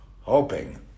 hoping